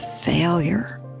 failure